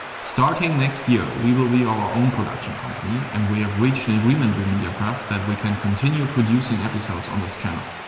starting next year, we will be our own production company and we have reached an agreement with media kraft that we can continue producing episodes on this channel.